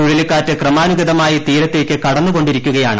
ചുഴലിക്കാറ്റ് ക്രമാനുഗതമായി തീരത്തേയ്ക്ക് കടന്നുകൊണ്ടിരിക്കുകയാണ്